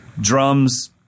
drums